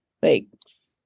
Thanks